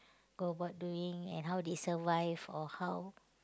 go about doing and how they survive or how